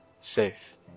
safe